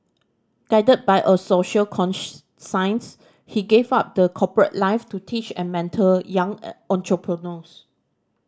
guided by a social science he gave up the corporate life to teach and mentor young entrepreneurs